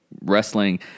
wrestling